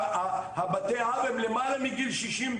שבתי האב הם למעלה מגיל 65,